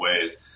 ways